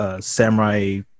samurai